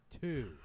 two